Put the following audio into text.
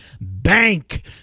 BANK